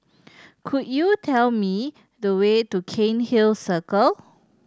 could you tell me the way to Cairnhill Circle